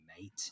mate